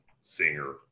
singer